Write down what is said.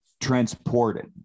transported